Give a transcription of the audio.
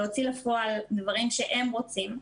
להוציא לפועל דברים שהם רוצים.